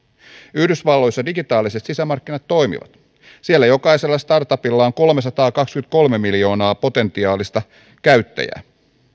yhdysvalloissa digitaaliset sisämarkkinat toimivat siellä jokaisella startupilla on kolmesataakaksikymmentäkolme miljoonaa potentiaalista käyttäjää